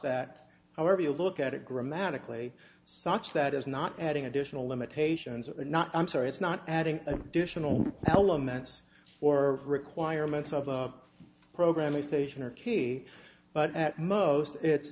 that however you look at it grammatically such that is not adding additional limitations or not i'm sorry it's not adding additional elements or requirements of a program a station or key but at most it's